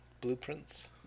blueprints